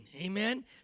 amen